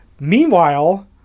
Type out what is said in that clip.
Meanwhile